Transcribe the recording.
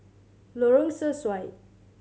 Lorong Sesuai